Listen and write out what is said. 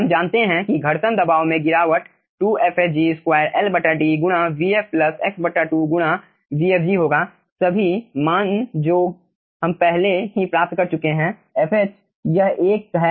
हम जानते हैं कि घर्षण दबाव में गिरावट 2fhG2 LD गुणा vf प्लस x2 गुणा vfg होगा सभी मान जो हम पहले ही प्राप्त कर चुके हैं fh यह एक है